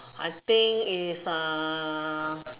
I think is uh